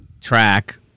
track